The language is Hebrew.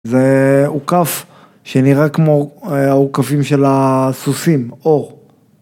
זה אוכף שנראה כמו האוכפים של הסוסים, אור.